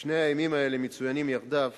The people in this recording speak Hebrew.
ששני הימים האלה מצוינים יחדיו